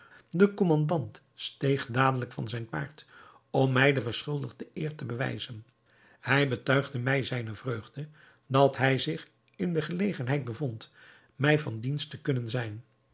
de kommandant steeg dadelijk van zijn paard om mij de verschuldigde eer te bewijzen hij betuigde mij zijne vreugde dat hij zich in de gelegenheid bevond mij van dienst te kunnen zijn